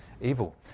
evil